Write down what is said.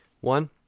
One